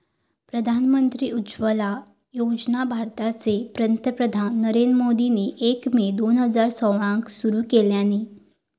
प्रधानमंत्री उज्ज्वला योजना भारताचे पंतप्रधान नरेंद्र मोदींनी एक मे दोन हजार सोळाक सुरू केल्यानी